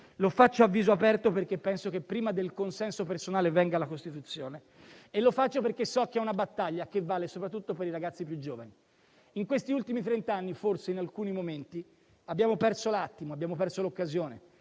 lo faccio a viso aperto, perché penso che, prima del consenso personale, venga la Costituzione, e lo faccio perché so che è una battaglia che vale soprattutto per i ragazzi più giovani. In questi ultimi trent'anni forse, in alcuni momenti, abbiamo perso l'attimo, abbiamo perso l'occasione,